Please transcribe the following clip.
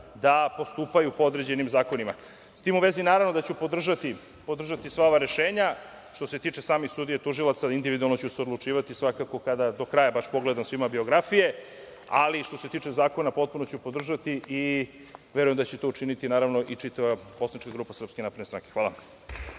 da postupaju po određenim zakonima. S tim u vezi, naravno da ću podržati sva ova rešenja. Što se tiče samih sudija, tužilaca, individualno ću se odlučivati svakako kada do kraja baš pogledam svima biografije. Što se tiče zakona potpuno ću podržati i verujem da će to učiniti, naravno, i čitava poslanička grupa SNS. Hvala.